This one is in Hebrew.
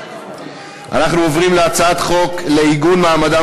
אנחנו עוברים להצעת חוק לעיגון מעמדם